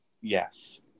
Yes